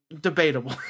debatable